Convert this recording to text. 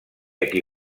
aquí